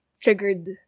triggered